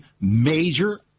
major